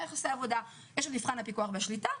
יחסי עבודה: יש את מבחן הפיקוח והשליטה,